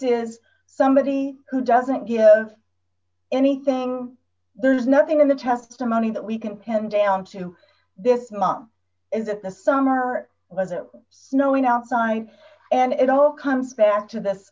is somebody who doesn't give anything there's nothing in the testimony that we can pin down to this mom is that the summer was it snowing outside and it all comes back to this